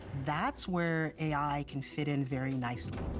that's where a i. can fit in very nicely.